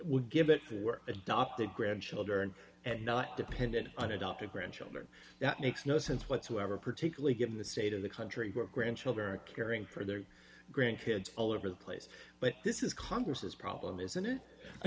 would give it to were adopted grandchildren and not dependent on adoptive grandchildren that makes no sense whatsoever particularly given the state of the country where grandchildren are caring for their grandkids all over the place but this is congress's problem isn't it i